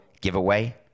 giveaway